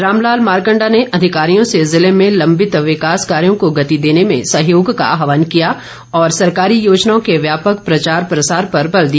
रामलाल मारकण्डा ने अधिकारियों से जिले में लम्बित विकास कार्यों को गति देने में सहयोग का आहवान किया और सरकारी योजनाओं के व्यापक प्रचार प्रसार पर बल दिया